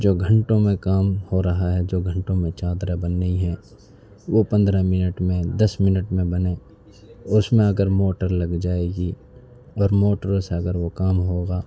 جو گھنٹوں میں کام ہو رہا ہے جو گھنٹوں میں چادریں بن رہی ہیں وہ پندرہ منٹ میں دس منٹ میں بنے اور اس میں اگر موٹر لگ جائے گی اگر موٹروں سے اگر وہ کام ہوگا